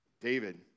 David